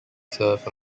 served